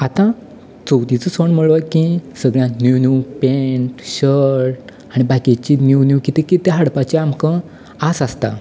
आतां चवथीचो सण म्हणलो की सगळ्यांक नीव नीव पॅण्ट शर्ट आनी बाकीचें नीव नीव किदें किदें हाडपाची आमकां आस आसता